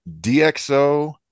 DxO